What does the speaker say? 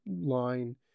line